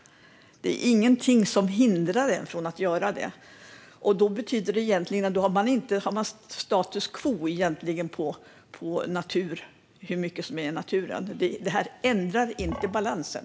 Det är ingenting som hindrar en från att göra det. Det betyder att det egentligen råder status quo när det gäller hur mycket plast som finns i naturen. Det här ändrar inte balansen.